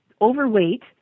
overweight